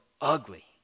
ugly